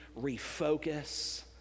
refocus